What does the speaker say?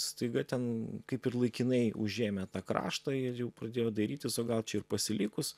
staiga ten kaip ir laikinai užėmę tą kraštą ir jau pradėjo dairytis o gal čia ir pasilikus